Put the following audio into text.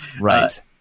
Right